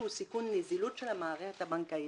שהוא סיכון נזילות של המערכת הבנקאית.